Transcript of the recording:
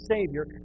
Savior